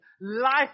Life